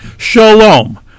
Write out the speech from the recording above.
Shalom